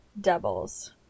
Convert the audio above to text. Doubles